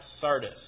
Sardis